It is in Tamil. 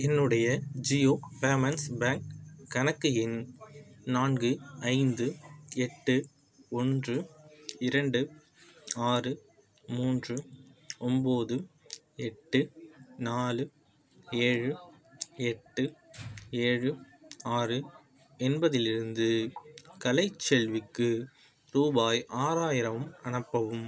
என்னுடைய ஜியோ பேமெண்ட்ஸ் பேங்க் கணக்கு எண் நான்கு ஐந்து எட்டு ஒன்று இரண்டு ஆறு மூன்று ஒம்போது எட்டு நாலு ஏழு எட்டு ஏழு ஆறு என்பதிலிருந்து கலைச்செல்விக்கு ரூபாய் ஆறாயிரம் அனுப்பவும்